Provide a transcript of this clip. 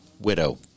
widow